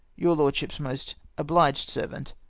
your lordship's most obliged servant,